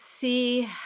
see